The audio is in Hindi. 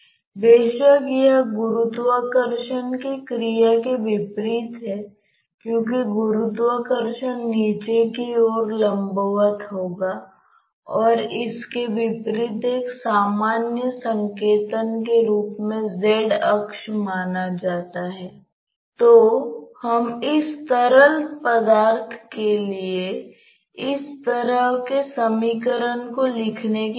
तो इस कंट्रोल वॉल्यूम के संबंध में कौन से तरल पदार्थ प्रवाहित होते हैं